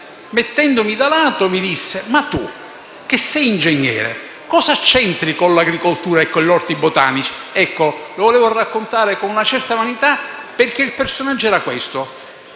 prendendomi da parte, mi disse: «Ma tu, che sei ingegnere, cosa c'entri con l'agricoltura e gli orti botanici?». E ho voluto raccontare il fatto con una certa vanità, perché il personaggio era questo: